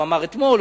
הוא אמר אתמול,